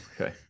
Okay